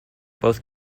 both